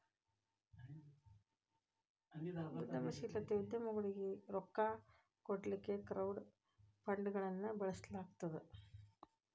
ಉದ್ಯಮಶೇಲತೆ ಉದ್ಯಮಗೊಳಿಗೆ ರೊಕ್ಕಾ ಕೊಡ್ಲಿಕ್ಕೆ ಕ್ರೌಡ್ ಫಂಡ್ಗಳನ್ನ ಬಳಸ್ಲಾಗ್ತದ